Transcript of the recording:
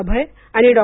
अभय आणि डॉ